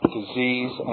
disease